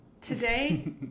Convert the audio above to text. Today